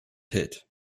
hit